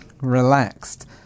relaxed